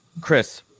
Chris